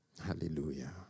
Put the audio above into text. Hallelujah